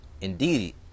indeed